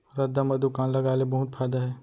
रद्दा म दुकान लगाय ले बहुत फायदा हे